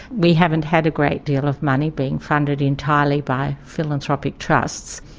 we haven't had a great deal of money, being funded entirely by philanthropic trusts.